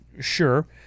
Sure